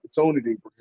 opportunity